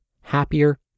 happier